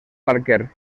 barquer